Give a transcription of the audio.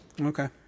Okay